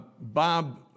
Bob